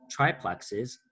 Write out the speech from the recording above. triplexes